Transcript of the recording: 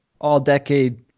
all-decade